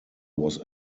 was